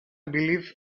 believe